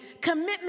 commitment